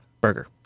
Burger